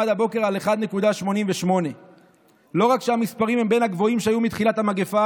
עמד הבוקר על 1.88. לא רק שהמספרים הם בין הגבוהים שהיו מתחילת המגפה,